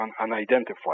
unidentified